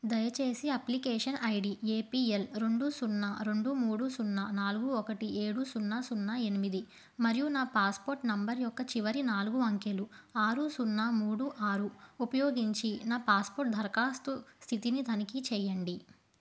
దయచేసి application I D A P L రెండు సున్నా రెండు మూడు సున్నా నాలుగు ఒకటి ఏడు సున్నా సున్నా ఎనిమిది మరియు నా పాస్పోర్ట్ నెంబర్ యొక్క చివరి నాలుగు అంకెలు ఆరు సున్నా మూడు ఆరు ఉపయోగించి నా పాస్పోర్ట్ దరఖాస్తు స్థితిని తనిఖీ చెయ్యండి